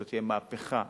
זאת תהיה מהפכה ענקית,